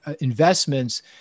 investments